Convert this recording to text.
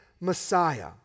Messiah